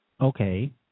okay